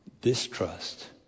distrust